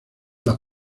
las